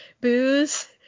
booze